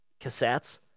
Cassettes